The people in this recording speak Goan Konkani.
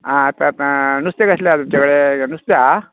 आं आतां येता नुस्तें कसले आसा तुमचें कडेन नुस्तें आसा